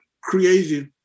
creative